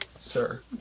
Sir